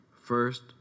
First